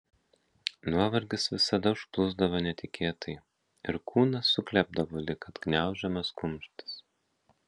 nuovargis visada užplūsdavo netikėtai ir kūnas suglebdavo lyg atgniaužiamas kumštis